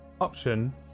option